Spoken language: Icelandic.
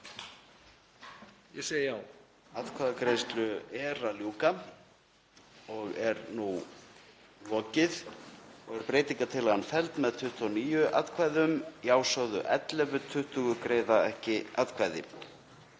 ég segi já.